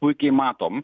puikiai matom